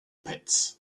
pits